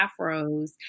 Afros